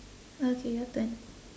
okay your turn